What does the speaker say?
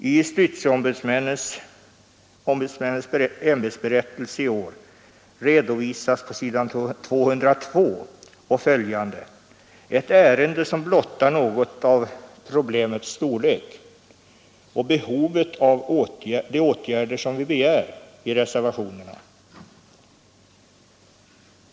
I justitieombudsmännens ämbetsberättelse i år redovisas på s. 202 och följande ett ärende som blottar något av problemets storlek och behovet av de åtgärder som vi begär i reservationerna.